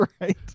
right